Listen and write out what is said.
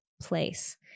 place